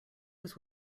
was